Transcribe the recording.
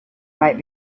might